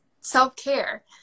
self-care